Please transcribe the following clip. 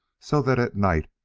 so that at night,